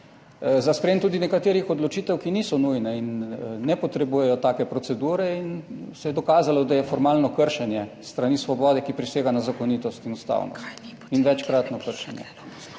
za sprejem tudi nekaterih odločitev, ki niso nujne in ne potrebujejo take procedure, in se je dokazalo, da je formalno kršenje s strani Svobode, ki prisega na zakonitost in ustavno in večkratno kršenje.